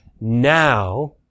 now